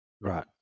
Right